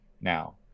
now